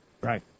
Right